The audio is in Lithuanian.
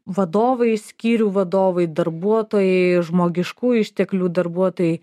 vadovai skyrių vadovai darbuotojai žmogiškųjų išteklių darbuotojai